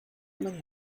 many